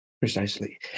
Precisely